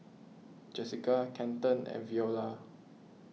Jessica Kenton and Veola